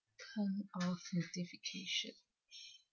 turn off notification